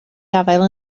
gafael